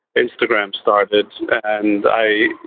instagram started. and i.